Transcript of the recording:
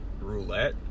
roulette